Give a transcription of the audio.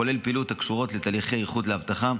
כולל פעילויות הקשורות לתהליכי איכות והבטחה,